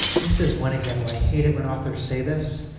this is one example. i hate it when authors say this,